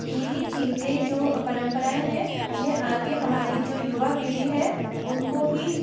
कि यही चीज़ें जो परम्पराएँ हैं यह आगे हमारी जो युवा पीढ़ी है उनको भी